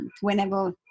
whenever